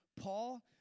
Paul